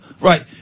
Right